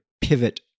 pivot